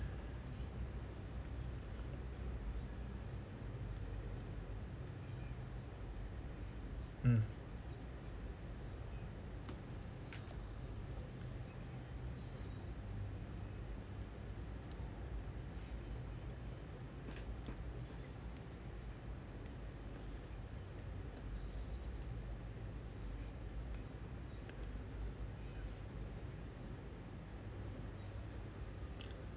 mm